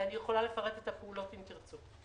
ואני יכולה לפרט את הפעולות אם תרצו.